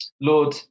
Lord